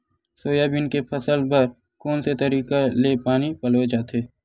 Soybean के फसल बर कोन से तरीका ले पानी पलोय जाथे?